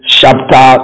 chapter